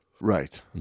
Right